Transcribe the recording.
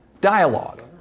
Dialogue